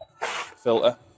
filter